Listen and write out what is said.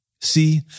See